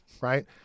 Right